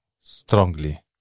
strongly